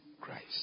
Christ